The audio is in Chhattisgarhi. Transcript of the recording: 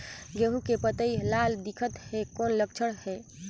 गहूं के पतई लाल दिखत हे कौन लक्षण हे?